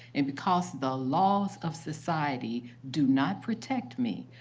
and because the laws of society do not protect me,